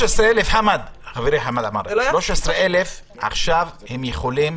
חברי, חמד עמאר, 13,000 עכשיו יכולים